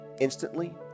instantly